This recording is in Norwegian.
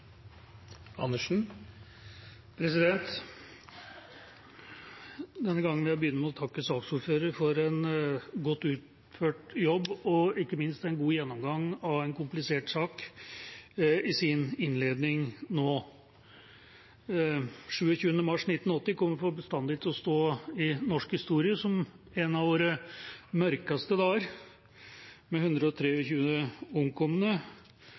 Denne gangen vil jeg begynne med å takke saksordføreren for en godt utført jobb og ikke minst en god gjennomgang av en komplisert sak i sin innledning nå. Datoen 27. mars 1980 kommer bestandig til å stå i norsk historie som en av våre mørkeste dager, med 123 omkomne og